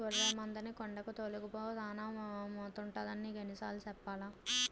గొర్లె మందని కొండేపు తోలుకపో సానా మేతుంటదని నీకెన్ని సార్లు సెప్పాలా?